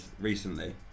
recently